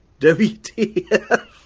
WTF